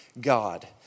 God